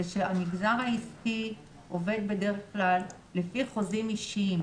שהמגזר העסקי עובד בדרך כלל לפי חוזים אישיים.